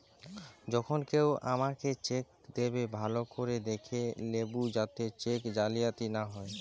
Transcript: যখন কেও তোমাকে চেক দেবে, ভালো করে দেখে লেবু যাতে চেক জালিয়াতি না হয়